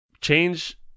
Change